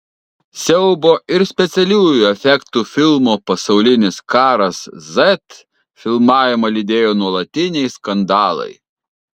siaubo ir specialiųjų efektų filmo pasaulinis karas z filmavimą lydėjo nuolatiniai skandalai